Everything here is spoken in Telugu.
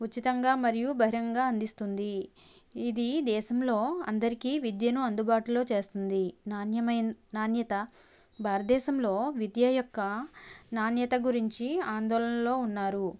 ఉచితంగా మరియు బహిరంగంగా అందిస్తుంది ఇది దేశంలో అందరికీ విద్యను అందుబాటులో చేస్తుంది నాణ్యమైన నాణ్యత భారతదేశంలో విద్య యొక్క నాణ్యత గురించి ఆందోళనలో ఉన్నారు